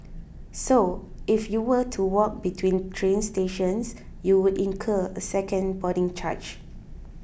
so if you were to walk between train stations you would incur a second boarding charge